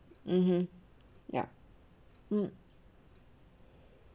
mmhmm yup mm